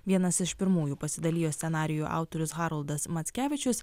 vienas iš pirmųjų pasidalijo scenarijų autorius haroldas mackevičius